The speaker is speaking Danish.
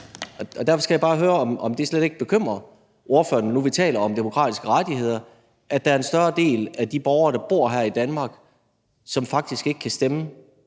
Derfor skal jeg bare høre, om det slet ikke bekymrer ordføreren nu, vi taler om demokratiske rettigheder, at der er en større del af de borgere, der bor her i Danmark, som faktisk ikke kan stemme